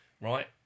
right